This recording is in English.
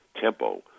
tempo